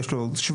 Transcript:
יש לו שבב,